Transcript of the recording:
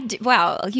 Wow